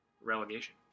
Relegation